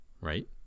right